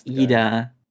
Ida